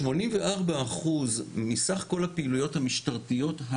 שמונים וארבעה אחוז מסך כל הפעילויות המשטרתיות,